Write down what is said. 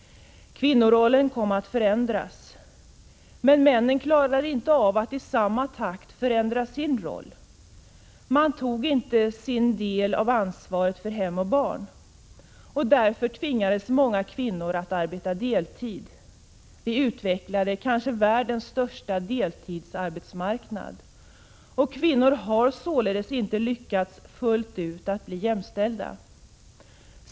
Kvinnorollen kom att förändras. Men männen klarade inte av att i samma takt förändra sin roll. De tog inte sin del av ansvaret för hem och barn. Därför tvingades många kvinnor att arbeta deltid. Därmed utvecklades kanske världens största deltidsarbetsmarknad. Kvinnor har således inte lyckats fullt ut att bli jämställda.